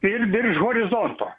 ir virš horizonto